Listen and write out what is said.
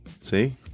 See